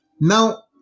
Now